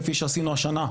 כפי שעשינו השנה,